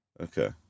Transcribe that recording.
Okay